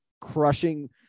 crushing